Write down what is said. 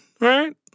right